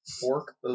fork